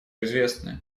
известны